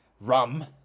rum